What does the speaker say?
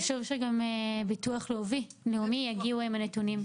חשוב שביטוח לאומי יגיעו עם נתונים).